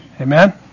Amen